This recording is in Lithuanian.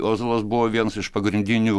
ozolas buvo viens iš pagrindinių